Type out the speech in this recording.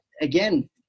again